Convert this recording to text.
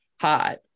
hot